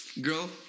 Girl